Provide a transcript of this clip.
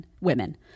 women